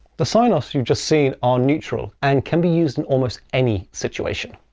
the sign-offs you've just seen are neutral and can be used in almost any situation.